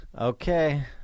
okay